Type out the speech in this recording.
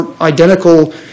identical